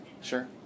Sure